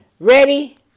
Ready